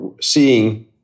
seeing